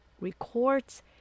records